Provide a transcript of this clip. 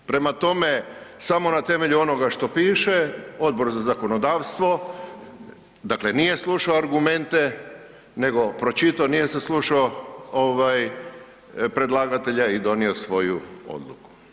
Prema tome, samo na temelju onoga što piše Odbor za zakonodavstvo dakle nije slušao argumente nego pročito, nije saslušao predlagatelja i donio svoju odluku.